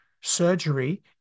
surgery